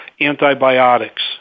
antibiotics